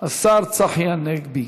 השר צחי הנגבי.